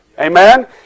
Amen